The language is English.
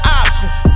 options